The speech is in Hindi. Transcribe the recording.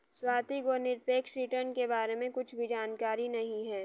स्वाति को निरपेक्ष रिटर्न के बारे में कुछ भी जानकारी नहीं है